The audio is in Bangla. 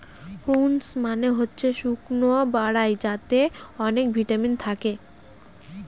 প্রূনস মানে হচ্ছে শুকনো বরাই যাতে অনেক ভিটামিন থাকে